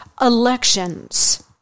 elections